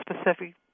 specific